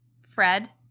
fred